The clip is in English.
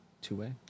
two-way